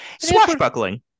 Swashbuckling